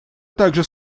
также